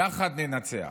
יחד ננצח,